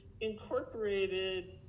incorporated